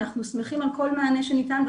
אנחנו שמחים על כל מענה שניתן.